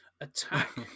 attack